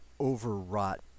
overwrought